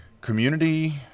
community